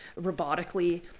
robotically